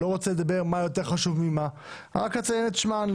אני לא רוצה לומר מה יותר חשוב ממה אלא אציין את שמן.